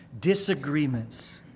Disagreements